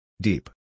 deep